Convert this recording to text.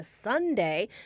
Sunday